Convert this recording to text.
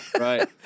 right